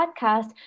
podcast